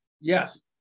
Yes